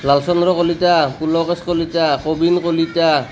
Lal Chandra Kalita Pulakesh Kalita Prabin Kalita